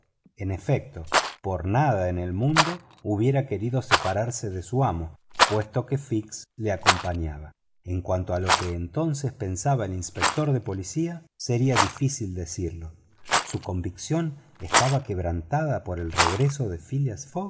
en efecto por nada en el mundo hubiera querido separarse de su amo puesto que fix le acompañaba en cuanto a lo que entonces pensaba el inspector de policía sería difícil decirlo su convicción estaba quebrantada por el regreso de phileas